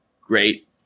great